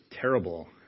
terrible